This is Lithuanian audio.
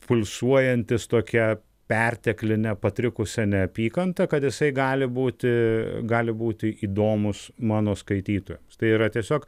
pulsuojantis tokia pertekline patrikusia neapykanta kad jisai gali būti gali būti įdomus mano skaitytojui tai yra tiesiog